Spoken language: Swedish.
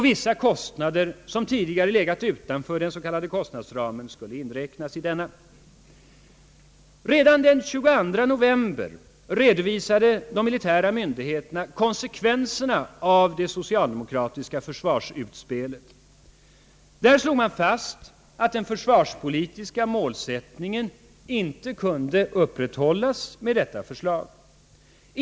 Vissa kostnader som tidigare legat utanför den s.k. kostnadsramen skulle inräknas i denna. Redan den 22 november redovisade de militära myndigheterna konsekvenserna av det socialdemokratiska försvarsutspelet. Där slogs fast att den försvarspolitiska målsättningen inte kunde upprätthållas med regeringens förslag.